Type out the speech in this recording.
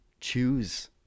Choose